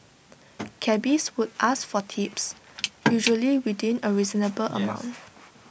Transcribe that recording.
cabbies would ask for tips usually within A reasonable amount